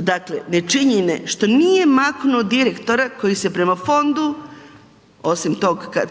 Dakle, nečinjenje što nije maknuo direktora koji se prema fondu, osim